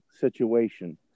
situation